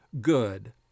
good